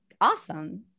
awesome